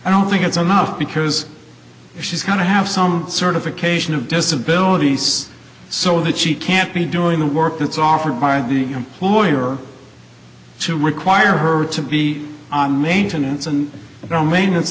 i don't think it's enough because she's going to have some certification of disability so that she can't be doing the work that's offered by the employer to require her to be on maintenance and domain